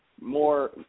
more